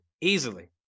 easily